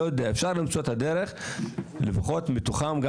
אפשר למצוא את הדרך לפחות מתוכם גם